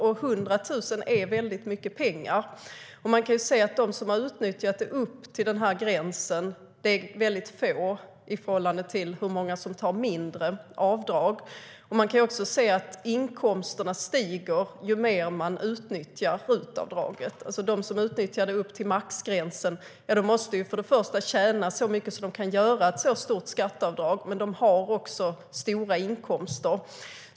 100 000 är väldigt mycket pengar. Man kan se att de som har utnyttjat det upp till den gränsen är väldigt få i förhållande till hur många det är som gör mindre avdrag. Man kan också se att inkomsterna är högre hos dem som utnyttjar RUT-avdraget mer. De som utnyttjar det upp till maxgränsen måste först och främst tjäna så mycket att de kan göra ett så stort skatteavdrag. De har också stora inkomster.